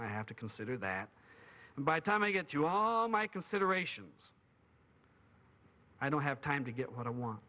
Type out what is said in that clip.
my have to consider that by the time i get you are my considerations i don't have time to get what i want